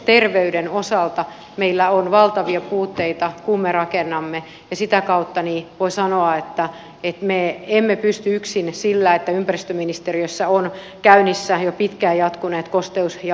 rakennusterveyden osalta meillä on valtavia puutteita kun me rakennamme ja sitä kautta voi sanoa että me emme pysty korjaamaan asiaa yksin sillä että ympäristöministeriössä on käynnissä jo pitkään jatkuneet kosteus ja hometalkoot